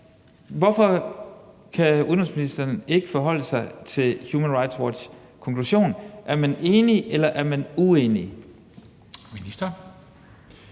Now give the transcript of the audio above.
Hvorfor kan udenrigsministeren ikke forholde sig til Human Rights Watchs konklusion? Er man enig, eller er man uenig? Kl.